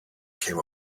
came